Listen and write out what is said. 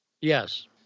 Yes